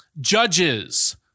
judges